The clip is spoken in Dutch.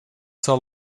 zal